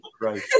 Right